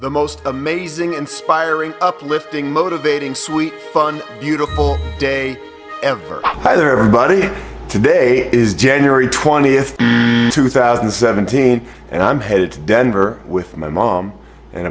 the most amazing inspiring uplifting motivating sweet fun beautiful day ever either everybody today is january twentieth two thousand and seventeen and i'm headed to denver with my mom and